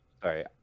Sorry